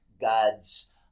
God's